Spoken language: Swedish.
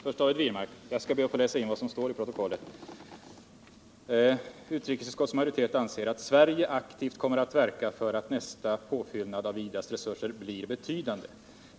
Herr talman! Jag vill först för David Wirmark läsa upp vad som står i betänkandet. Det heter där att utrikesutskottets majoritet anser ”att Sverige aktivt kommer att verka för att nästa påfyllnad av IDA:s resurser blir betydande.